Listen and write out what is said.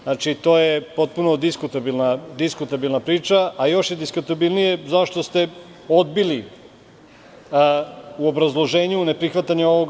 Znači, to je potpuno diskutabilna priča a još je diskutabilnije zašto ste odbili u obrazloženju neprihvatanje ovog